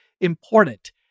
important